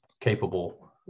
capable